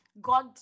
god